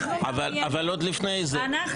אבל עוד לפני זה,